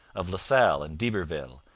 of la salle and d'iberville,